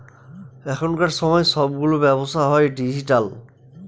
এখনকার সময় সবগুলো ব্যবসা হয় ডিজিটাল